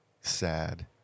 sad